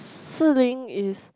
Shilin is